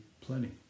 plenty